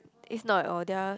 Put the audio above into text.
it's not at all there're